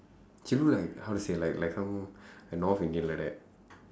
she look like how to say like like some like north indian like that